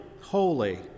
holy